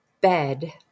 bed